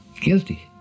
guilty